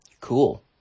Cool